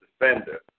defender